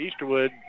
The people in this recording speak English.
Easterwood